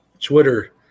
Twitter